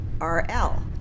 RL